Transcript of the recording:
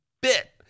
bit